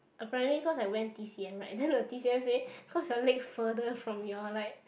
apparently cause I went t_c_m right then the t_c_m say cause your leg further from your like